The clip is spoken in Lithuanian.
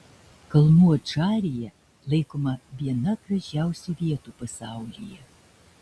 kalnų adžarija laikoma viena gražiausių vietų pasaulyje